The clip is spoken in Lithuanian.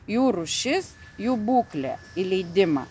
jų rūšis jų būklė įleidimą